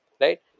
right